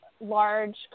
large